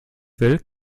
will